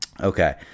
Okay